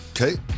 okay